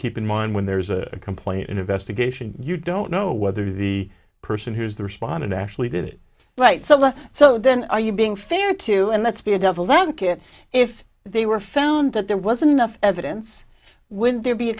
keep in mind when there is a complaint investigation you don't know whether the person who's the respondent actually did it right so less so then are you being fair to and let's be a devil's advocate if they were found that there wasn't enough evidence would there be a